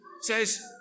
says